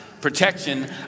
protection